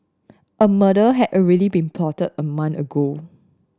a murder had already been plotted a month ago